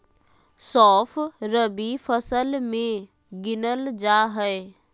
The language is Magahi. सौंफ रबी फसल मे गिनल जा हय